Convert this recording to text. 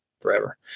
forever